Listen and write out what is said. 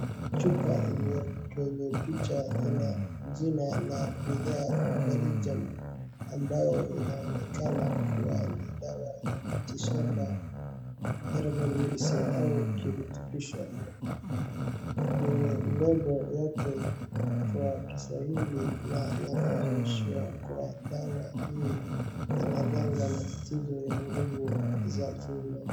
Chupa kwenye picha ina jina la bidhaa Balijam ambayo inaonekana kuwa ni dawa ya mitishamba, herbal medicine au kirutubisho. Kwenye lebo yake kwa Kiswahili na yanaonyeshwa kuwa dawa hii inalenga matatizo ya nguvu za kiume.